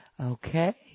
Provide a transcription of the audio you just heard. Okay